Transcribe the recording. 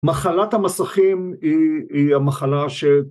‫מחלת המסכים היא המחלה ש...